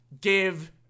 give